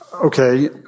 okay